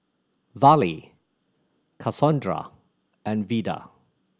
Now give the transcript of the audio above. Vallie Cassondra and Vida